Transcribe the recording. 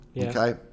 Okay